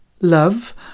Love